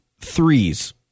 threes